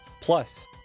plus